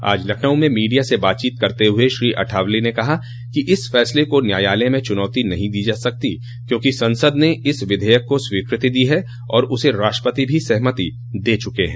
आज लखनऊ में मीडिया से बातचीत करते हये श्री अठावले ने कहा कि इस फसले को न्यायालय में चूनौती नहीं दी जा सकती क्योंकि संसद ने इस विधेयक को स्वीकृति दी है और उस राष्ट्रपति भी सहमति दे चुके हैं